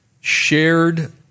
shared